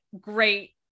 great